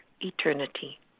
eternity